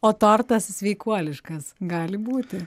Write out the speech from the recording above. o tortas sveikuoliškas gali būti